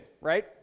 right